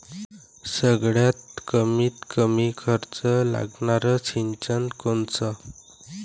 सगळ्यात कमीत कमी खर्च लागनारं सिंचन कोनचं?